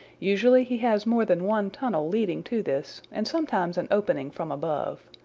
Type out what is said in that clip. usually he has more than one tunnel leading to this, and sometimes an opening from above.